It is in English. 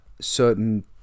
certain